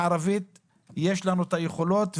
כמו בסקרים הקודמים אגב שנעשו נעשה סקר ב-2016,